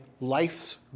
life's